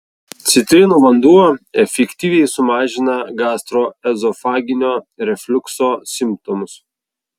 citrinų vanduo efektyviai sumažina gastroezofaginio refliukso simptomus